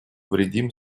вредим